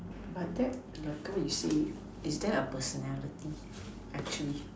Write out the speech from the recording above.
but that I thought you say is there a personality actually